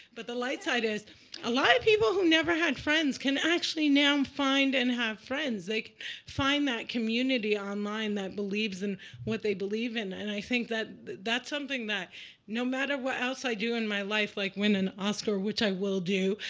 but the light side is a lot of people who never had friends can actually now find and have friends. they like find that community online that believes in what they believe in. and i think that that's something that no matter what else i do in my life, like win an oscar which i will do.